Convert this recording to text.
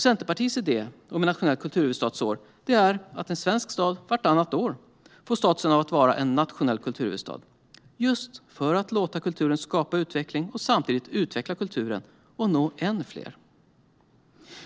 Centerpartiets idé om ett nationellt kulturhuvudstadsår är att en svensk stad vartannat år får statusen av att vara nationell kulturhuvudstad - just för att låta kulturen skapa utveckling och samtidigt utveckla kulturen och nå ännu fler.